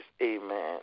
Amen